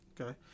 Okay